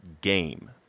game